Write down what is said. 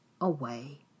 away